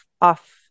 off